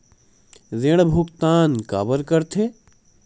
ऋण भुक्तान काबर कर थे?